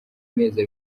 mezi